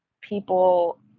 people